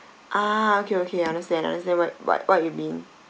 ah okay okay understand understand what what what you mean